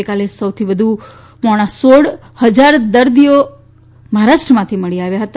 ગઇકાલે સૌથી વધુ પોણા સોળ હજાર દર્દી મહારાષ્ટ્રમાંથી મળી આવ્યા હતા